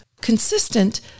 consistent